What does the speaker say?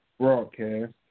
broadcast